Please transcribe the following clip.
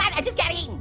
i just got eaten.